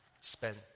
spend